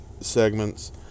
segments